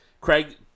Craig